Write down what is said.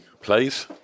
please